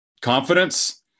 confidence